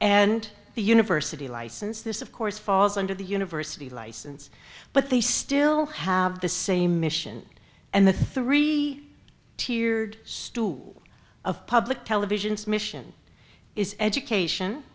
and the university license this of course falls under the university license but they still have the same mission and the three tiered stool of public television's mission is education